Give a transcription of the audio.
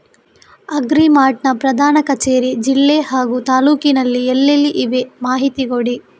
Agri mart ನ ಪ್ರಧಾನ ಕಚೇರಿ ಜಿಲ್ಲೆ ಹಾಗೂ ತಾಲೂಕಿನಲ್ಲಿ ಎಲ್ಲೆಲ್ಲಿ ಇವೆ ಮಾಹಿತಿ ಕೊಡಿ?